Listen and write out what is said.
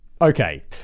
okay